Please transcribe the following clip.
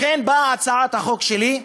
לכן באה הצעת החוק שלי,